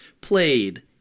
played